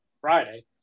Friday